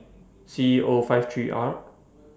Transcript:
C E O five three R